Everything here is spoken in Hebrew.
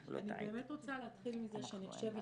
אני באמת רוצה להתחיל מזה שאני חושבת